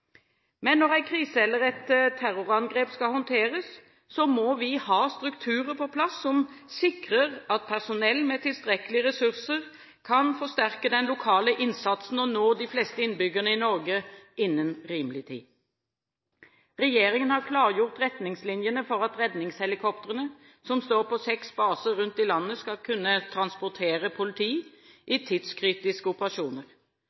Men når en krise eller et terrorangrep skal håndteres, må vi ha strukturer på plass som sikrer at personell med tilstrekkelige ressurser kan forsterke den lokale innsatsen og nå de fleste innbyggerne i Norge innen rimelig tid. Regjeringen har klargjort retningslinjene for at redningshelikoptrene som står på seks baser rundt i landet, skal kunne transportere politi i tidskritiske operasjoner.